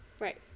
Right